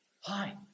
Hi